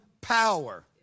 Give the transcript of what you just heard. power